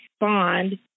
respond